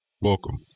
welcome